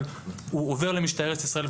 אבל הוא עובד למשטרת ישראל,